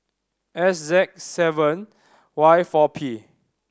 S Z seven Y four P